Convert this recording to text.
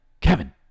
kevin